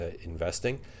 investing